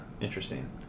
Interesting